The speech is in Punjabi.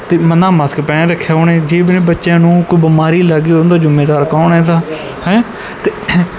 ਅਤੇ ਨਾ ਮਸਕ ਪਹਿਨ ਰੱਖਿਆ ਉਹਨੇ ਜੇ ਮੇਰੇ ਬੱਚਿਆਂ ਨੂੰ ਕੋਈ ਬਿਮਾਰੀ ਲੱਗ ਗਈ ਉਹਦਾ ਜਿੰਮੇਵਾਰ ਕੌਣ ਹੈ ਇਹਦਾ ਹੈਂ ਅਤੇ